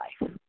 life